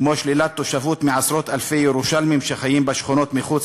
כמו שלילת תושבות מעשרות-אלפי ירושלמים שחיים בשכונות מחוץ